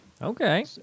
Okay